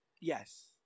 Yes